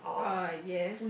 uh yes